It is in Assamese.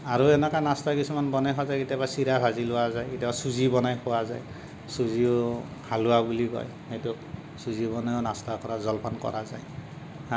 আৰু এনেকুৱা নাষ্টা কিছুমান বনাই খোৱা যায় কেতিয়াবা চিৰা ভাজি লোৱা যায় কেতিয়াবা চুজি বনাই খোৱা যায় চুলিও হালোৱা বুলি কয় সেইটো চুজি বনাইও নাষ্টা কৰা যায় জলপান কৰা যায়